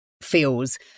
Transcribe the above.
feels